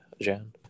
Jan